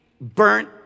burnt